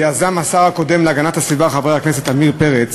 שיזם השר הקודם להגנת הסביבה חבר הכנסת עמיר פרץ,